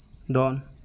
ᱫᱚᱱ